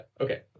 okay